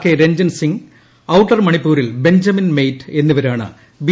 K Ranjan Singh outer മണിപ്പൂരിൽ Benjamin മെയ്റ്റ് എന്നിവരാണ് ബി